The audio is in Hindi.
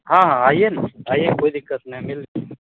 हाँ हाँ आइए ना आइए कोई दिक्कत नहीं मिल